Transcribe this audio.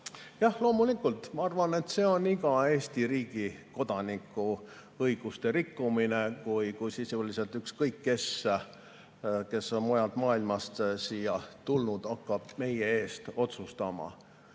Jah, loomulikult, ma arvan, et see on iga Eesti riigi kodaniku õiguste rikkumine, kui sisuliselt ükskõik kes, kes on mujalt maailmast siia tulnud, hakkab meie eest otsustama